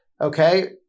Okay